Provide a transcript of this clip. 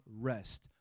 rest